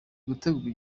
gutegurwa